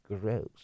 gross